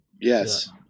Yes